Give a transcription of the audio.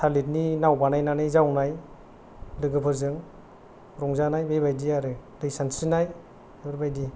थालिरनि नाव बानायनानै जावलाबायनाय लोगोफोरजों रंजानाय बेबायदि आरो दै सानस्रिनाय बेफोरबायदि